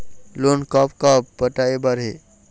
Loan कब कब पटाए बर हे?